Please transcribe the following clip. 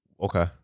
Okay